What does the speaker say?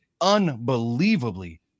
unbelievably